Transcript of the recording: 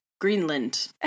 Greenland